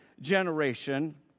generation